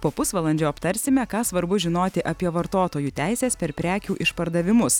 po pusvalandžio aptarsime ką svarbu žinoti apie vartotojų teises per prekių išpardavimus